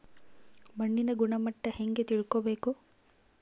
ಮಣ್ಣಿನ ಗುಣಮಟ್ಟ ಹೆಂಗೆ ತಿಳ್ಕೊಬೇಕು?